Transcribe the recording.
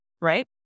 right